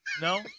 No